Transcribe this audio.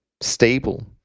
stable